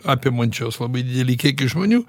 apimančios labai didelį kiekį žmonių